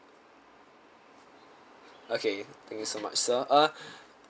okay thank you so much sir uh